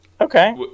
Okay